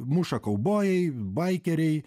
muša kaubojai baikeriai